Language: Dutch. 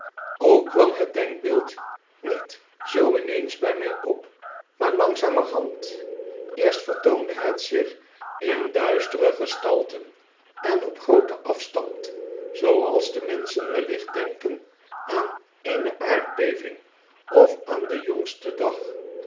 ook kwam het denkbeeld niet zoo in eens by my op maar langzamerhand eerst vertoonde het zich in duistere gestagen en op grooten afstand zooals de menschen wellicht denken aan eene aardbeving of aan den jongsten dag